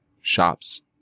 shops